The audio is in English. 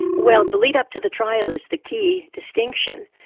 well the lead-up to the trial is the key distinction.